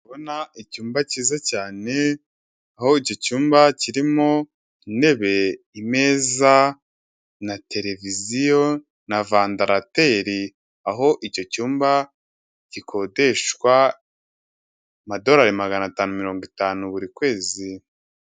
Urabona icyumba cyiza cyane aho icyo cyumba kirimo intebe imeza na televiziyo na vandarateri aho icyo cyumba gikodeshwa amadorari magana atanu mirongo itanu buri kwezi.